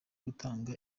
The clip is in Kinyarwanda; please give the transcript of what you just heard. gutanga